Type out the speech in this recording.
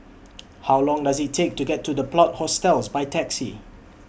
How Long Does IT Take to get to The Plot Hostels By Taxi